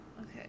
Okay